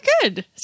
good